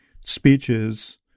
speeches